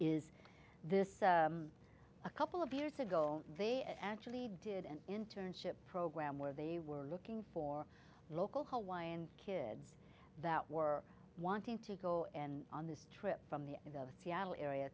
is this a couple of years ago they actually did an internship program where they were looking for local hawaiian kids that were wanting to go and on this trip from the seattle area